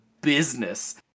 business